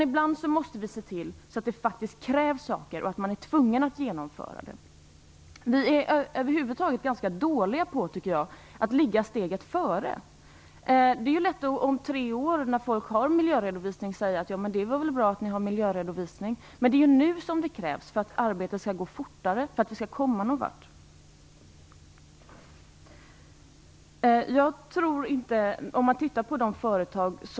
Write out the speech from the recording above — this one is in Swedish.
Ibland måste vi se till att det ställs krav och att man är tvungen att genomföra vissa saker. Vi är över huvud taget dåliga på att ligga steget före. Det är lätt att om tre år, när vi har miljöredovisning, säga att det är väl bra att man har miljöredovisning. Men det är ju nu det måste ställas krav för att arbetet skall gå fortare så att vi kommer någon vart.